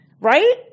right